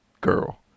Girl